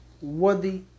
worthy